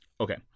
Okay